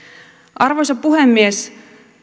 arvoisa puhemies